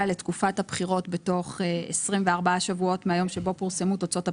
לתקופת הבחירות בתוך 24 שבועות מהיום שבו פורסמו תוצאות הבחירות.